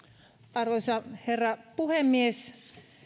arvoisa herra puhemies